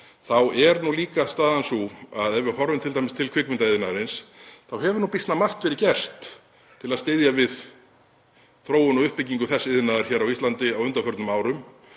þá er líka staðan sú að ef við horfum t.d. til kvikmyndaiðnaðarins hefur býsna margt verið gert til að styðja við þróun og uppbyggingu þess iðnaðar á Íslandi á undanförnum árum.